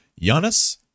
Giannis